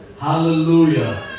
Hallelujah